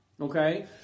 Okay